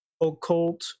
occult